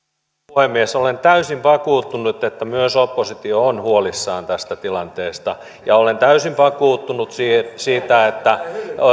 puhemies olen täysin vakuuttunut että myös oppositio on huolissaan tästä tilanteesta ja olen täysin vakuuttunut siitä että